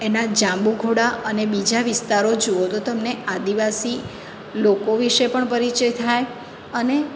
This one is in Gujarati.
એના જાંબુઘોડા અને બીજા વિસ્તારો જુઓ તો તમને આદિવાસી લોકો વિષે પણ પરિચય થાય અને